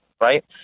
right